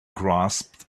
grasped